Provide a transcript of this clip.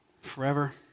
forever